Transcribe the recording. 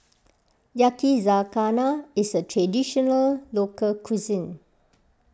Yakizakana is a Traditional Local Cuisine